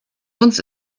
uns